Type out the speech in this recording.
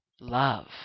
love